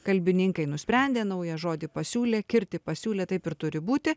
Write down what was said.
kalbininkai nusprendė naują žodį pasiūlė kirtį pasiūlė taip ir turi būti